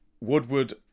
Woodward